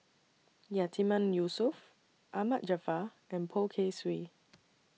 Yatiman Yusof Ahmad Jaafar and Poh Kay Swee